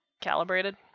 calibrated